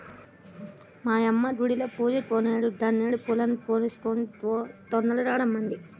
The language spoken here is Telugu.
మా యమ్మ గుడిలో పూజకోసరం గన్నేరు పూలను కోసుకొని తొందరగా రమ్మంది